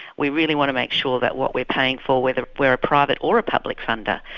we really want to make sure that what we're paying for whether we're a private or a public funder,